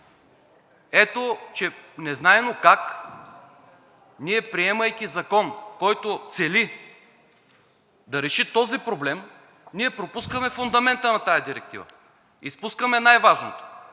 Ето че незнайно как, приемайки Закон, който цели да реши този проблем, ние пропускаме фундамента на тази директива! Изпускаме най-важното